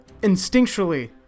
instinctually